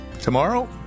Tomorrow